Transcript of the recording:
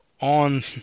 on